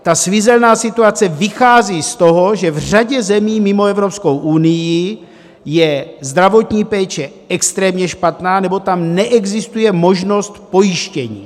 Ta svízelná situace vychází z toho, že v řadě zemí mimo Evropskou unii je zdravotní péče extrémně špatná nebo tam neexistuje možnost pojištění.